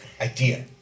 Idea